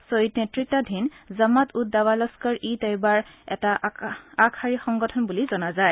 ছয়ীদ নেত়তাধীন জামাত উদ দাৱা লস্কৰ ই তৈয়বাৰ এটা আগশাৰীৰ সংগঠন বুলি জনা যায়